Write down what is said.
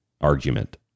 argument